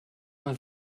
mal